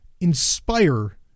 inspire